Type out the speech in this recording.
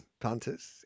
punters